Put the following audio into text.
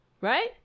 right